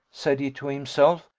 said he to himself,